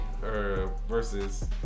versus